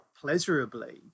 pleasurably